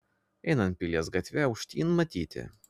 einant pilies gatve aukštyn matyti